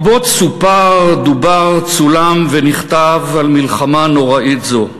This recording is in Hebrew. רבות סופר, דובר, צולם ונכתב על מלחמה נוראית זו.